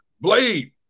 Blade